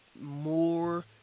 more